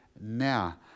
now